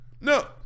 No